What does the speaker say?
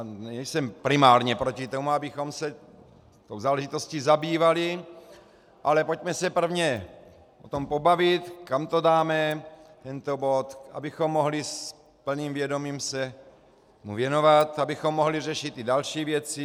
Nejsem primárně proti tomu, abychom se tou záležitostí zabývali, ale pojďme se prvně o tom pobavit, kam dáme tento bod, abychom se mu mohli s plným vědomím věnovat, abychom mohli řešit i další věci.